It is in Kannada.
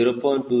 23 ಇನ್ ಟು 4